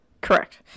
Correct